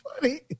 funny